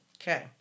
Okay